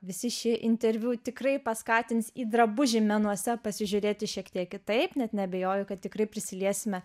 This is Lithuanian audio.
visi šie interviu tikrai paskatins į drabužį menuose pasižiūrėti šiek tiek kitaip net neabejoju kad tikrai prisiliesime